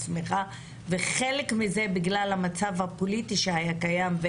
חלק מזה נובע מהמצב הפוליטי שהיה קיים,